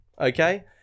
okay